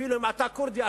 אפילו אם אתה כורדי,